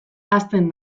hazten